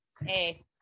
Hey